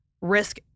risk